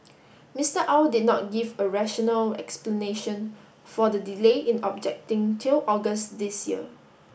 Mister Au did not give a rational explanation for the delay in objecting till August this year